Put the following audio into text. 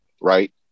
right